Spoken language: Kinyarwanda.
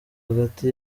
hagati